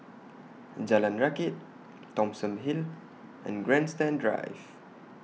Jalan Rakit Thomson Hill and Grandstand Drive